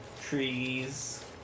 Trees